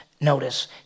notice